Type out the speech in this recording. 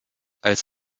als